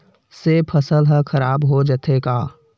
से फसल ह खराब हो जाथे का?